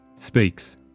speaks